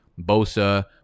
Bosa